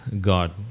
God